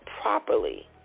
properly